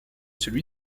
celui